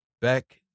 Back